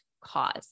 cause